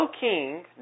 king